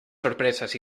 sorpresas